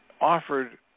offered